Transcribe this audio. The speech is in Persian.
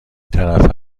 طرفه